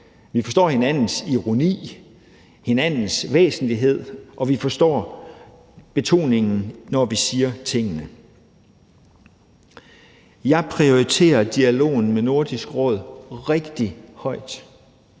Vi forstår hinandens ironi, hinandens væsentlighed, og vi forstår betoningen, når vi siger tingene. Jeg prioriterer dialogen med Nordisk Råd rigtig højt.